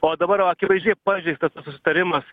o dabar va akivaizdžiai pažeistas susitarimas